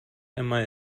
einmal